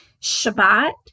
Shabbat